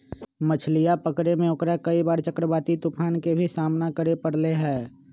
मछलीया पकड़े में ओकरा कई बार चक्रवाती तूफान के भी सामना करे पड़ले है